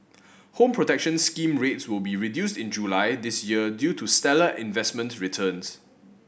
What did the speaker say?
Home Protection Scheme rates will be reduced in July this year due to stellar investment returns